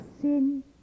sin